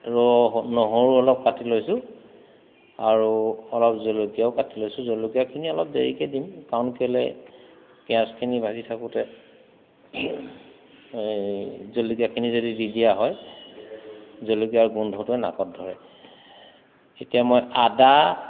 ৰহ নহৰু অলপ কাটি লৈছোঁ আৰু অলপ জলকীয়াও কাটি লৈছোঁ জলকীয়াখিনি অলপ দেৰিকৈ দিম কাৰণ কেলৈ পিঁয়াজখিনি ভাজি থাকোঁতে এই জলকীয়াখিনি যদি দি দিয়া হয় জলকীয়াৰ গোন্ধটোৱে নাকত ধৰে এতিয়া মই আদা